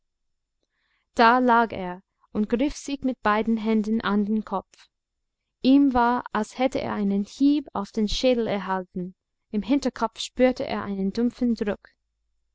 da lag er und griff sich mit beiden händen an den kopf ihm war als hätte er einen hieb auf den schädel erhalten im hinterkopf spürte er einen dumpfen druck